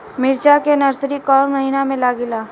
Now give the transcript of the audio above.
मिरचा का नर्सरी कौने महीना में लागिला?